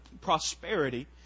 prosperity